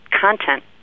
content